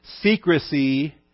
Secrecy